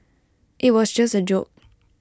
IT was just A joke